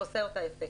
ועושה אותה יפה.